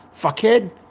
fuckhead